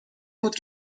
بود